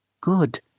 good